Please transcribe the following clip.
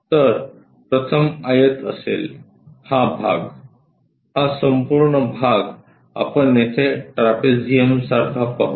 तर प्रथम आयत असेल हा भाग हा संपूर्ण भाग आपण येथे ट्रॅपेझियमसारखा पाहू